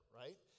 right